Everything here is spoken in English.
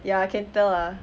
ya I can tell lah